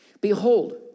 behold